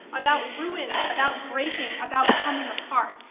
about ruins, about breaking, about coming apart.